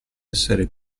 essere